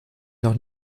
noch